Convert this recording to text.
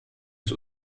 des